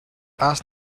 ask